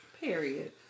Period